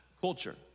culture